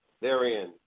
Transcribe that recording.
therein